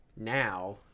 Now